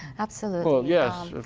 absolutely. daryl yes,